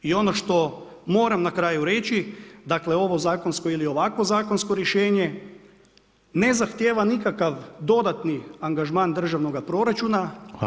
I ono što moram na kraju reći dakle, ovo zakonsko ili ovakvo zakonsko rješenje ne zahtjeva nikakav dodatni angažman državnoga proračun.